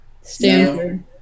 Stanford